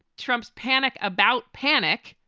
trump's panic about panic,